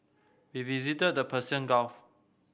we visited the Persian Gulf